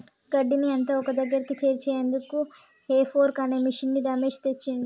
గడ్డిని అంత ఒక్కదగ్గరికి చేర్చేందుకు హే ఫోర్క్ అనే మిషిన్ని రమేష్ తెచ్చిండు